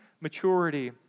maturity